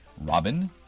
Robin